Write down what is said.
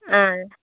ஆ